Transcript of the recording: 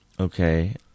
Okay